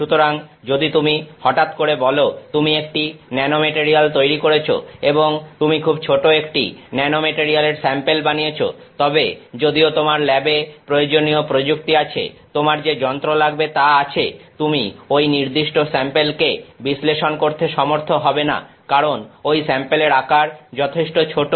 সুতরাং যদি তুমি হঠাৎ করে বল তুমি একটি ন্যানোমেটারিয়াল তৈরি করেছ এবং তুমি খুব ছোট একটি ন্যানোমেটারিয়ালের স্যাম্পেল বানিয়েছ তবে যদিও তোমার ল্যাবে প্রয়োজনীয় প্রযুক্তি আছে তোমার যে যন্ত্র লাগবে তা আছে তুমি ওই নির্দিষ্ট স্যাম্পেলকে বিশ্লেষণ করতে সমর্থ হবে না কারণ ঐ স্যাম্পেলের আকার যথেষ্ট ছোট